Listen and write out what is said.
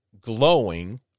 glowing